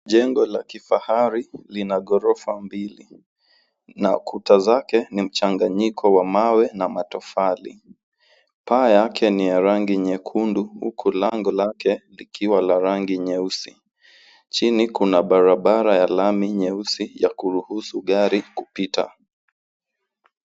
Jenga la kifahari lina ghorofa mbili na kuta zake ni mchanganyiko wa mawe na matofali. Paa yake ni ya rangi nyekundu huku lango lake likiwa la rangi nyeusi. Chini kuna barabara ya lami nyeusi ya kuruhusu gari kupita.